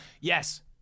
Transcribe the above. Yes